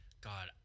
God